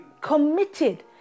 Committed